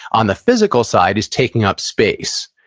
on the physical side, is taking up space.